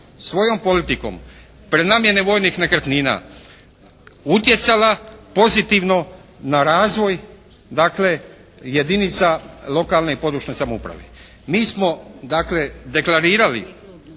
svojom politikom prenamjene vojnih nekretnina, utjecala pozitivno na razvoj dakle, jedinica lokalne i područne samouprave. Mi smo deklarirali